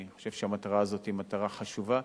אני חושב שהמטרה הזאת היא מטרה חשובה.